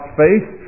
faith